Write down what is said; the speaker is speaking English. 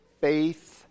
Faith